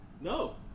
No